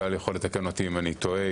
גל יכול לתקן אותי אם אני טועה.